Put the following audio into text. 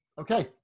Okay